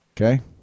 Okay